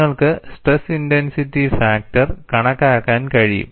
നിങ്ങൾക്ക് stress intensity factor കണക്കാക്കാൻ കഴിയും